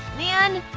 man!